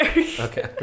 Okay